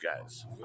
guys